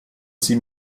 sie